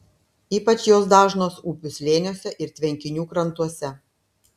ypač jos dažnos upių slėniuose ir tvenkinių krantuose